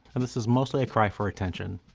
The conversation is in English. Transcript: and this is mostly a cry for attention.